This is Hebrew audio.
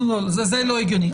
זה לא הגיוני,